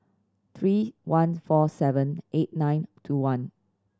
three one four seven eight nine two one